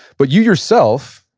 but you, yourself,